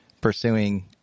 pursuing